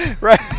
Right